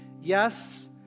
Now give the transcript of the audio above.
yes